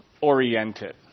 oriented